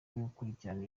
gukurikirana